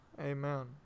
Amen